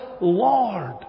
Lord